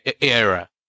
era